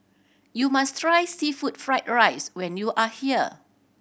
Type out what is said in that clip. you must try seafood fried rice when you are here